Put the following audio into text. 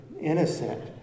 innocent